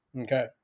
Okay